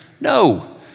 No